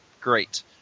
great